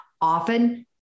often